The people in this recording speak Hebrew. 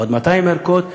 עוד 200 ערכות,